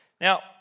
Now